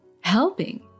helping